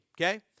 okay